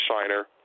Shiner